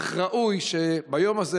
אך ראוי שביום הזה,